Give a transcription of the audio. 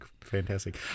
fantastic